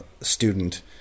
student